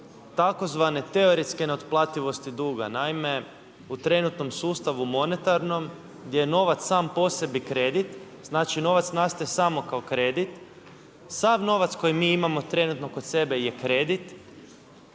tzv. teoretske neotplativosti duga. Naime u trenutnom sustavu monetarnom gdje je novac sam po sebi kredit, znači novac nastaje samo kako kredit, sav novac koji mi imamo trenutno kod sebe je kredit